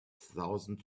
thousand